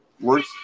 Words